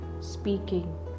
speaking